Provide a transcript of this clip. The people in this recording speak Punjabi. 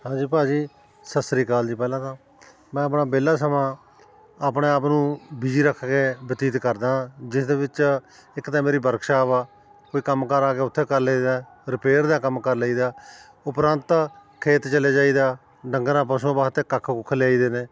ਹਾਂਜੀ ਭਾਅ ਜੀ ਸਤਿ ਸ਼੍ਰੀ ਅਕਾਲ ਜੀ ਪਹਿਲਾਂ ਤਾਂ ਮੈਂ ਆਪਣਾ ਵਿਹਲਾ ਸਮਾਂ ਆਪਣੇ ਆਪ ਨੂੰ ਬੀਜੀ ਰੱਖ ਕੇ ਬਤੀਤ ਕਰਦਾ ਜਿਸਦੇ ਵਿੱਚ ਇੱਕ ਤਾਂ ਮੇਰੀ ਵਰਕਸ਼ਾਪ ਆ ਕੋਈ ਕੰਮ ਕਾਰ ਆ ਗਿਆ ਉੱਥੇ ਕਰ ਲਈਦਾ ਰਿਪੇਅਰ ਦਾ ਕੰਮ ਕਰ ਲਈਦਾ ਉਪਰੰਤ ਖੇਤ ਚਲੇ ਜਾਈਦਾ ਡੰਗਰਾਂ ਪਸ਼ੂਆਂ ਵਾਸਤੇ ਕੱਖ ਕੁੱਖ ਲਿਆਈਦੇ ਨੇ